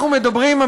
אנחנו מדברים,